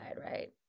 right